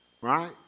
Right